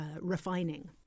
refining